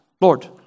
Lord